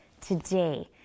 today